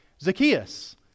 Zacchaeus